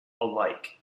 alike